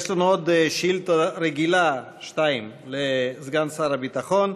יש לנו עוד שאילתה רגילה, שתיים, לסגן שר הביטחון: